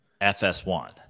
FS1